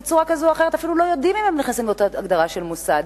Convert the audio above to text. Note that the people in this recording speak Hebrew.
בצורה כזאת או אחרת אפילו לא יודעים אם הם נכנסים לאותה הגדרה של מוסד,